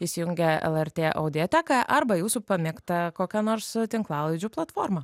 įsijungę el er tė audioteką arba jūsų pamėgta kokia nors tinklalaidžių platformą